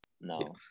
No